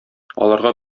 аларга